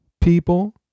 people